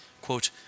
quote